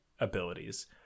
abilities